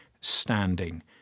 Standing